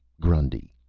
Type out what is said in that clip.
grundy,